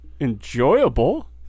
enjoyable